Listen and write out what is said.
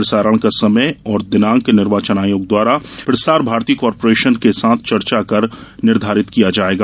प्रसारण का समय एवं दिनांक निर्वाचन आयोग द्वारा प्रसार भारतीय कार्पोरेशन के साथ चर्चा कर निर्धारित किया जायेगा